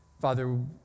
Father